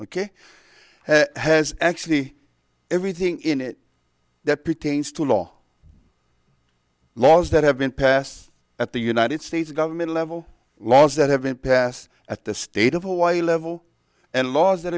ok has actually everything in it that pertains to law laws that have been passed at the united states government level laws that have been passed at the state of hawaii level and laws that